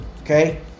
okay